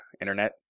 internet